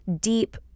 deep